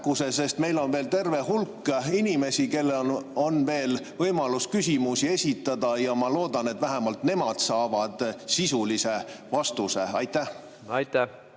sest meil on veel terve hulk inimesi, kellel on võimalus küsimusi esitada, ja ma loodan, et vähemalt nemad saavad sisulise vastuse. Aitäh!